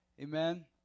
Amen